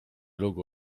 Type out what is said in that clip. lugu